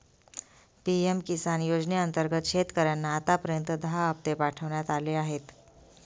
PM Kisan योजनेअंतर्गत शेतकऱ्यांना आतापर्यंत दहा हप्ते पाठवण्यात आले आहेत